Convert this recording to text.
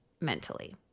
mentally